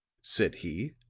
said he,